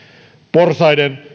porsaiden